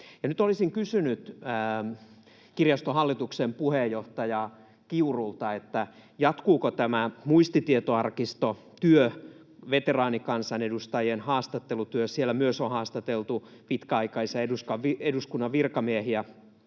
Nyt kysyisin kirjaston hallituksen puheenjohtaja Kiurulta, jatkuuko tämä muistitietoarkistotyö, veteraanikansanedustajien haastattelutyö? Siellä myös on haastateltu pitkäaikaisia eduskunnan virkamiehiä,